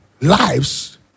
lives